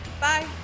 Bye